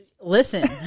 Listen